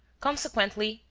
consequently,